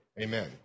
Amen